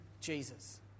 Jesus